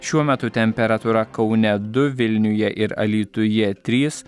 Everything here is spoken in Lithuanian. šiuo metu temperatūra kaune du vilniuje ir alytuje trys